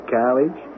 college